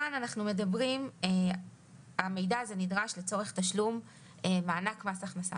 כאן אנחנו מדברים על כך שהמידע הזה נדרש לצורך תשלום מענק מס הכנסה.